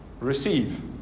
Receive